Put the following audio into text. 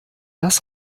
das